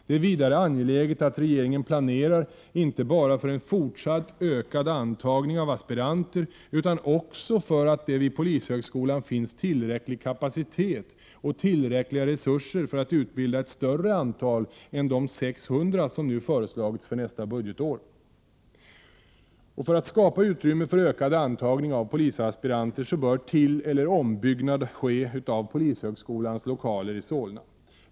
Det är vidare angeläget att regeringen planerar inte bara för en fortsatt ökad antagning av aspiranter utan också för att det vid polishögskolan finns tillräcklig kapacitet och tillräckliga resurser för att utbilda ett större antal än de 600 som nu föreslagits för nästa budgetår. För att skapa utrymme för ökad antagning av polisaspiranter bör tilleller ombyggnad ske av polishögskolans lokaler i Solna.